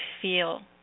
feel